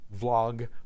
vlog